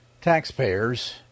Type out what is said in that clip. taxpayers